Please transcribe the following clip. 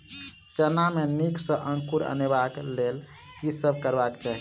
चना मे नीक सँ अंकुर अनेबाक लेल की सब करबाक चाहि?